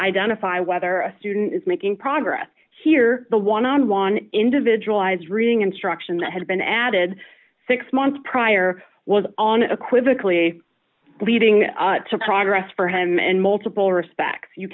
identify whether a student is making progress here the one on one individual i was reading instruction that had been added six months prior was on a quickly leading to progress for him in multiple respects you